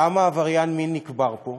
למה עבריין מין נקבר פה?